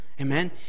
Amen